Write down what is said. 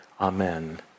amen